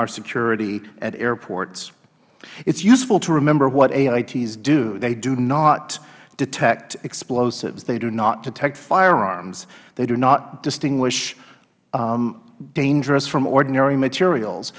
our security at airports it is useful to remember what aits do they do not detect explosives they do not detect firearms they do not distinguish dangerous from ordinary materials